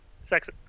sex